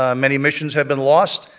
ah many missions have been lost.